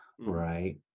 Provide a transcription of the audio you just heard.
Right